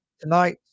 tonight